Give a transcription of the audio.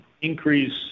increase